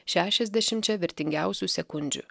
šešiasdešimčia vertingiausių sekundžių